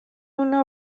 una